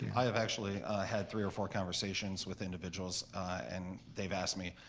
i have actually had three or four conversations with individuals and they've asked me,